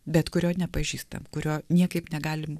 bet kurio nepažįstam kurio niekaip negalim